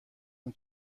اون